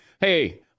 hey